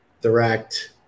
direct